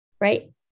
right